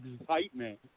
excitement